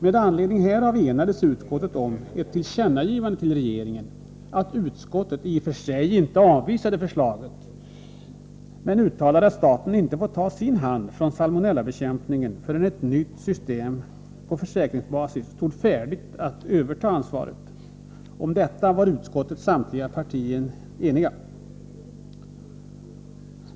Med anledning härav enades utskottet om ett tillkännagivande till regeringen att utskottet i och för sig inte avvisade förslaget men att det uttalade att staten inte får ta sin hand från salmonellabekämpningen förrän ett nytt system på försäkringsbasis står färdigt att överta ansvaret. Om detta var utskottets samtliga partier eniga.